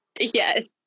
Yes